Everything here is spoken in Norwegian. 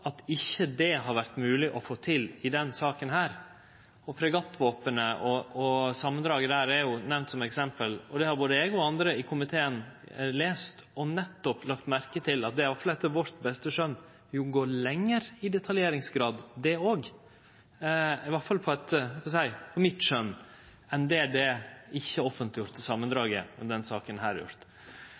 det ikkje har vore mogleg å få til i denne saka. Fregattvåpenet og samandraget der er nemnt som eksempel. Det har både eg og andre i komiteen lese, og vi har lagt merke til at det – iallfall etter vårt beste skjøn – går lenger i detaljeringsgrad enn det ikkje-offentleggjorde samandraget i denne saka har gjort, iallfall etter mitt skjøn. Det at det er så veldig mange ting som tyder på at nettopp dette samandraget utan større problem kunne ha vore gjort